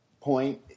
point